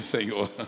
Senhor